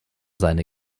seine